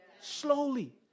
slowly